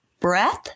breath